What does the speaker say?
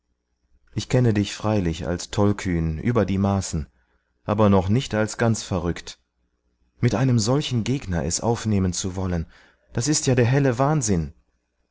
ich kenne dich freilich als tollkühn über die maßen aber noch nicht als ganz verrückt mit einem solchen gegner es aufnehmen zu wollen das ist ja der helle wahnsinn